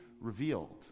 revealed